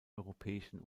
europäischen